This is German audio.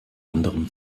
anderem